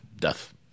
death